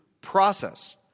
process